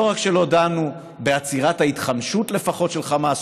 לא רק שלא דנו בעצירת ההתחמשות לפחות של חמאס,